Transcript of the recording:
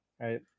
Right